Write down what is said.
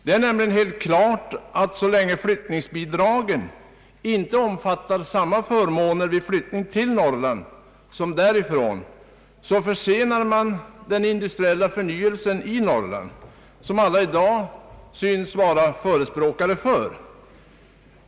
Det är nämligen helt klart att så länge flyttningsbidragen inte omfattar samma förmåner vid flyttning till Norrland som vid flyttning därifrån, så försenas den industriella förnyelse i Norrland som alla i dag synes vara förespråkare för.